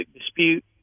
dispute